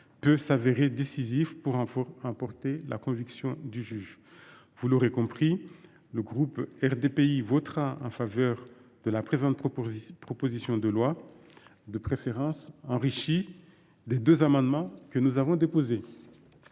peut s’avérer décisif pour emporter la conviction du juge… Vous l’aurez compris, le groupe RDPI votera en faveur de cette proposition de loi, de préférence enrichie des deux amendements que nous avons déposés.